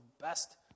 best